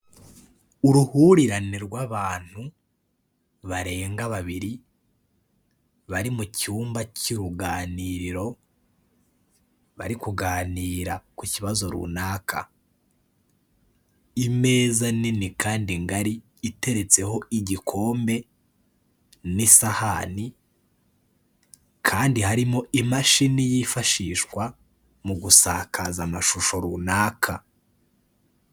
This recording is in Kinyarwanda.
Uruhurirane rw'abantu barenga babiri bari mu cyumba cy'uruganiriro, bari kuganira ku kibazo runaka, imeza nini kandi ngari iteretseho igikombe, n'isahani, kandi harimo imashini yifashishwa mu gusakaza amashusho runaka.